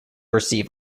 receive